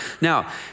Now